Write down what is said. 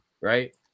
right